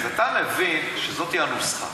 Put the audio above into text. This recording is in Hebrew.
אז אתה מבין שזוהי הנוסחה,